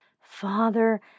Father